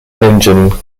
engine